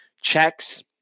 checks